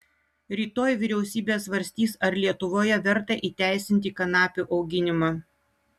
rytoj vyriausybė svarstys ar lietuvoje verta įteisinti kanapių auginimą